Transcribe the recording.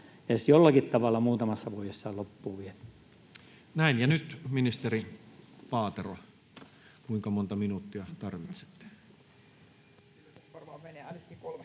edes jollakin tavalla muutamassa vuodessa loppuun vietyä? Näin. — Ja nyt ministeri Paatero. Kuinka monta minuuttia tarvitsette? [Sirpa Paatero: Kyllä